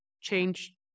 change